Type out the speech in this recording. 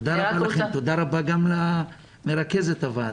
תודה רבה לכם ותודה גם למרכזת הוועדה.